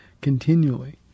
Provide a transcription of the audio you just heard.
continually